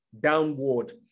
downward